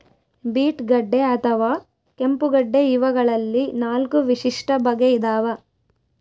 beet ಗಡ್ಡೆ ಅಥವಾ ಕೆಂಪುಗಡ್ಡೆ ಇವಗಳಲ್ಲಿ ನಾಲ್ಕು ವಿಶಿಷ್ಟ ಬಗೆ ಇದಾವ